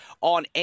on